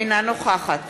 אינה נוכחת